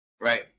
Right